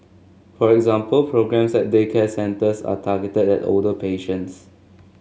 for example programmes at daycare centres are targeted at older patients